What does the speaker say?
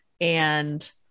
and-